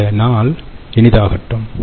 இந்த நாள் இனிதாகட்டும்